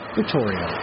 victoria